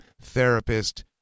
therapist